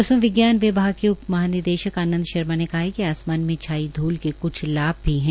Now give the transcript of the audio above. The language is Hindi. मौसम विभाग विज्ञान विभाग के उप महानिदेशक आंनद शर्मा ने कहा कि आसमान में छाई धूल के क्छ लाभ भी है